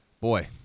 boy